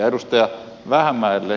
edustaja vähämäelle